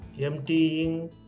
emptying